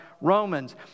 Romans